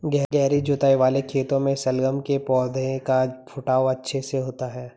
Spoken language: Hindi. गहरी जुताई वाले खेतों में शलगम के पौधे का फुटाव अच्छे से होता है